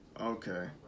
Okay